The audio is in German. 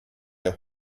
der